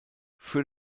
für